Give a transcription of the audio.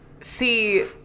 See